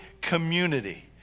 community